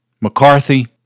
McCarthy